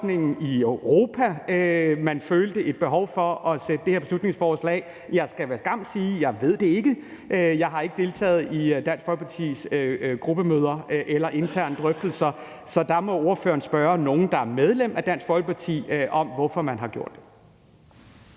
i Europa, man følte et behov for at fremsætte det her beslutningsforslag. Jeg skal med skam sige, at jeg ikke ved det, jeg har ikke deltaget i Dansk Folkepartis gruppemøder eller interne drøftelser, så der må ordføreren spørge nogle, der er medlem af Dansk Folkeparti, om, hvorfor man har gjort det.